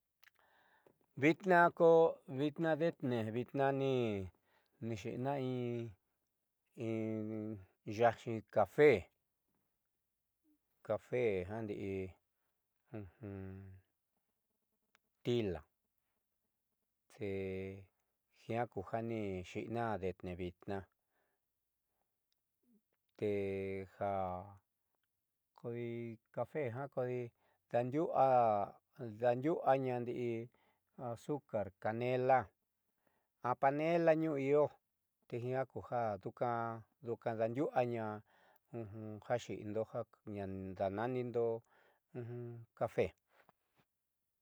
Vitnaa ko vitnaa deetnee vitnaa ni xi'ina in yaáxi cafe ndiitila jiaa kuju nixiina deetne vitnaa te ja kodi cafe kodi dandiu'uaña ndii azucar canela a panela tniuu io tejiaa duuka daandiu'uaña jaxiindo ja daanaanindo cafe.